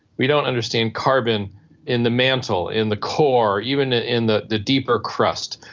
we don't understand carbon in the mantle, in the core, even ah in the the deeper crust,